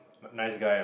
nice guy ah